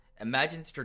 imagine